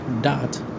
dot